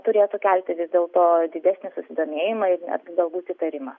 turėtų kelti vis dėlto didesnį susidomėjimą ir ne galbūt įtarimą